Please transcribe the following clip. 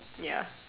ya